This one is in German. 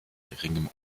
geringem